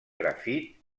grafit